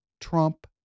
Trump